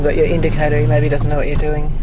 but your indicator he maybe doesn't know what you're doing.